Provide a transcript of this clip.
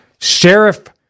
sheriff